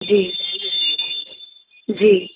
जी जी